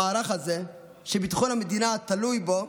המערך הזה, שביטחון המדינה תלוי בו,